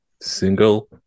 Single